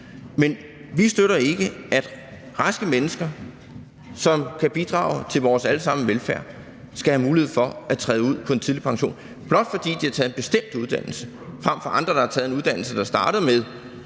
Men vi støtter ikke, at raske mennesker, som kan bidrage til vores alle sammens velfærd, skal have mulighed for at træde ud på en tidlig pension, blot fordi de har taget en bestemt uddannelse frem for andre, der har taget en uddannelse, hvor de starter med,